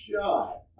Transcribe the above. shot